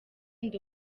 ndi